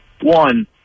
One